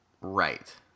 right